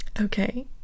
okay